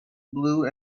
blue